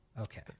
Okay